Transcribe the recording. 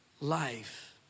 life